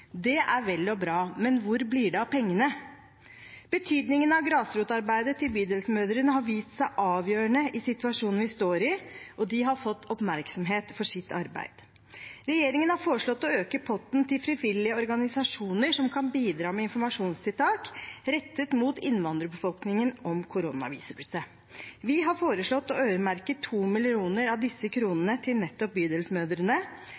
Det er vel og bra, men hvor blir det av pengene. Betydningen av grasrotarbeidet til Bydelsmødre har vist seg avgjørende i situasjonen vi står i, og de har fått oppmerksomhet for sitt arbeid. Regjeringen har foreslått å øke potten til frivillige organisasjoner som kan bidra med informasjonstiltak rettet mot innvandrerbefolkningen om koronaviruset. Vi har foreslått å øremerke 2 mill. kr av